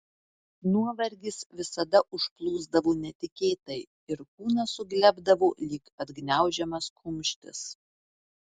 nuovargis visada užplūsdavo netikėtai ir kūnas suglebdavo lyg atgniaužiamas kumštis